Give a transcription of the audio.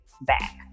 back